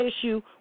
issue